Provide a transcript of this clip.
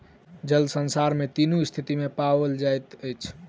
जल संसार में तीनू स्थिति में पाओल जाइत अछि